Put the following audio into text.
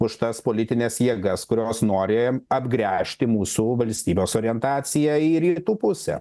už tas politines jėgas kurios nori apgręžti mūsų valstybės orientaciją į rytų pusę